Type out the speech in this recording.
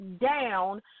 down